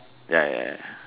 ya ya ya